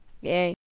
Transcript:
Yay